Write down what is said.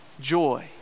joy